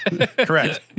Correct